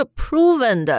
proven